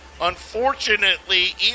unfortunately